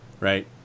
right